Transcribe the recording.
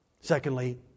Secondly